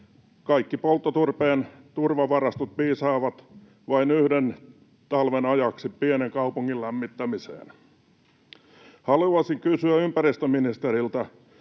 Kaikki polttoturpeen turvavarastot piisaavat vain yhden talven ajaksi pienen kaupungin lämmittämiseen. Haluaisin kysyä ympäristöministeriltä: